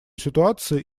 ситуации